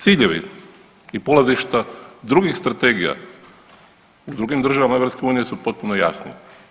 Ciljevi i polazišta drugih strategija u drugim državam EU su potpuno jasni.